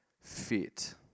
fit